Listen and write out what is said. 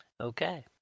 Okay